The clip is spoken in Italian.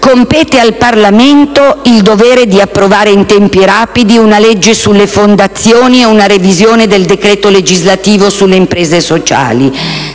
Compete al Parlamento il dovere di approvare in tempi rapidi una legge sulle fondazioni e una revisione del decreto legislativo sulle imprese sociali.